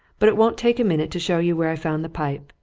but it won't take a minute to show you where i found the pipe.